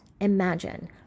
imagine